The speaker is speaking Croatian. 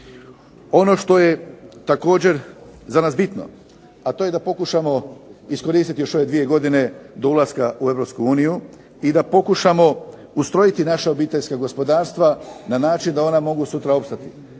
Ono što je također za nas bitno, a to je da pokušamo iskoristiti ove dvije godine do ulaska u Europsku uniju i da pokušamo ustrojiti naša obiteljska gospodarstva na način da ona mogu sutra opstati.